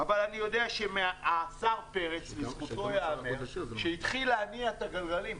לזכות השר פרץ ייאמר שהוא התחיל להניע את הגלגלים.